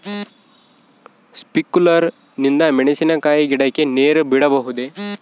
Sprinkler ನಿಂದ ಮೆಣಸಿನಕಾಯಿ ಗಿಡಕ್ಕೆ ನೇರು ಬಿಡಬಹುದೆ?